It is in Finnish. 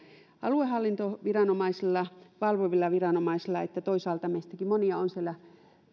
aluehallintoviranomaisilla että valvovilla viranomaisilla rooli ja toisaalta kun meistäkin moni on